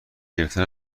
گرفتن